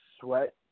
Sweat